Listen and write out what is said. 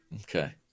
okay